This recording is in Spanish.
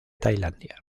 tailandia